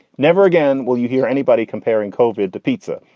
never again will you hear anybody comparing kobe to pizza.